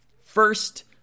First